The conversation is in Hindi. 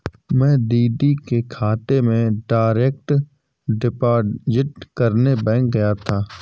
मैं दीदी के खाते में डायरेक्ट डिपॉजिट करने बैंक गया था